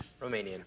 Romanian